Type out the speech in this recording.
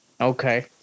Okay